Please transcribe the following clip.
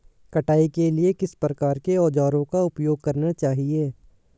कटाई के लिए किस प्रकार के औज़ारों का उपयोग करना चाहिए?